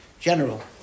general